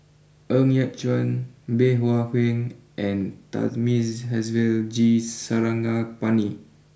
Ng Yat Chuan Bey Hua Heng and Thamizhavel G Sarangapani